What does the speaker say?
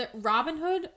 Robinhood